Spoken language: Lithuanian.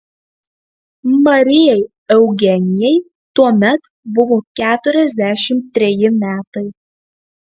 marijai eugenijai tuomet buvo keturiasdešimt treji metai